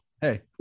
hey